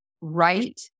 right